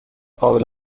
قابل